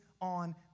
on